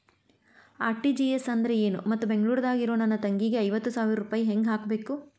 RTGS ಅಂದ್ರ ಏನು ಮತ್ತ ಬೆಂಗಳೂರದಾಗ್ ಇರೋ ನನ್ನ ತಂಗಿಗೆ ಐವತ್ತು ಸಾವಿರ ರೂಪಾಯಿ ಹೆಂಗ್ ಹಾಕಬೇಕು?